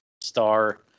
star